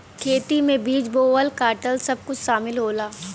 खेती में बीज बोवल काटल सब कुछ सामिल होला